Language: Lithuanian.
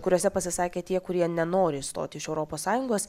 kuriuose pasisakė tie kurie nenori išstoti iš europos sąjungos